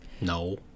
no